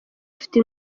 afite